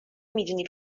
میدونی